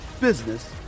business